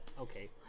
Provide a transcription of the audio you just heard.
Okay